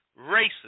racist